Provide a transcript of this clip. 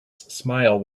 smile